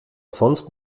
sonst